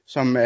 Som